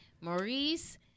Maurice